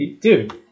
Dude